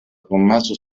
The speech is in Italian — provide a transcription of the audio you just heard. tommaso